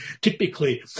typically